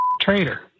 traitor